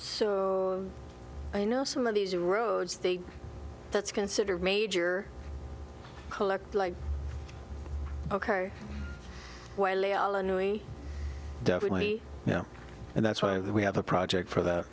so i know some of these roads that's considered major collector like ok definitely yeah and that's why we have a project for that